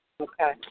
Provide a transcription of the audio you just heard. Okay